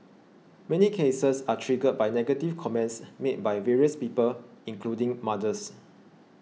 many cases are triggered by negative comments made by various people including mothers